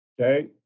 okay